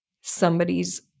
somebody's